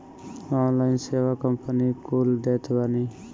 online सेवा company कुल देत बानी